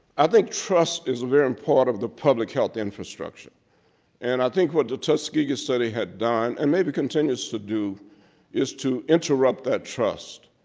i think trust is a very important part of the public health infrastructure and i think what the tuskegee study had done and maybe continues to do is to interrupt that trust.